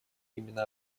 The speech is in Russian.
именно